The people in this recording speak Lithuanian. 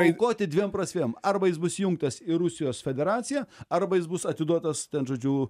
paaukoti dviem prasmėm arba jis bus įjungtas į rusijos federaciją arba jis bus atiduotas ten žodžiu